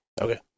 Okay